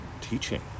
teaching